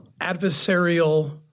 adversarial